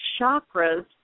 chakras